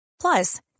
Plus